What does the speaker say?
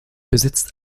besitzt